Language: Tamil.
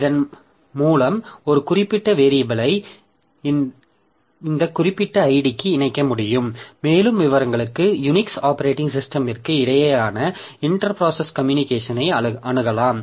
இதன் மூலம் ஒரு குறிப்பிட்ட வேரியபில்யை இந்த குறிப்பிட்ட idக்கு இணைக்க முடியும் மேலும் விவரங்களுக்கு யுனிக்ஸ் ஆப்பரேட்டிங் சிஸ்டமிற்கு இடையேயான இன்டெர் ப்ராசஸ் கம்யூனிகேஷனை அணுகலாம்